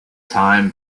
time